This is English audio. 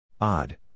Odd